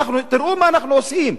תראו מה אנחנו עושים?